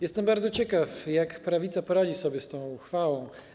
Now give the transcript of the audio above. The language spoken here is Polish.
Jestem bardzo ciekaw, jak prawica poradzi sobie z tą uchwałą.